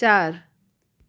चारि